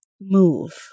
move